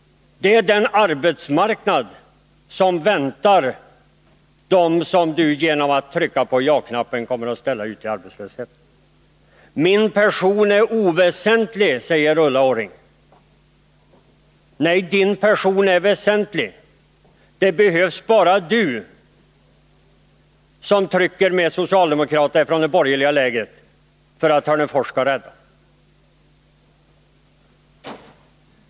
Det är den arbetsmarknad som väntar dem som Ulla Orring genom att trycka på ja-knappen kommer att sända ut i arbetslöshet. Min person är oväsentlig, säger Ulla Orring. Nej, hennes person är väsentlig. Det behövs bara att hon ensam från det borgerliga lägret röstar med socialdemokraterna för att Hörnefors skall räddas.